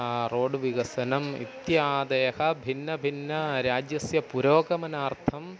road विकसनम् इत्यादयः भिन्नभिन्नराज्यस्य पुरोगमनार्थं